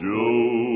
Joe